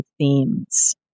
themes